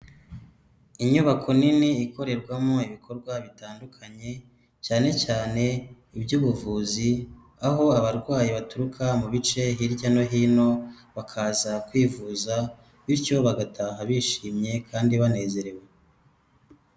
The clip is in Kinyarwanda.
Inyubako nini ikorerwamo ibikorwa bitandukanye cyane cyane iby'ubuvuzi, aho abarwayi baturuka mu bice hirya no hino bakaza kwivuza bityo bagataha bishimye kandi banezerewe.